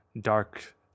dark